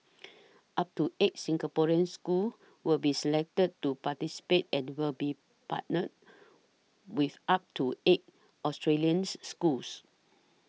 up to eight Singaporean schools will be selected to participate and will be partnered with up to eight Australians schools